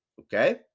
okay